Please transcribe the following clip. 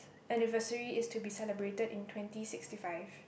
anniversary is to be celebrated in twenty sixty five